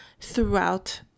throughout